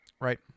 Right